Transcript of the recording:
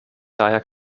daher